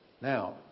Now